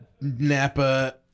Napa